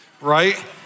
right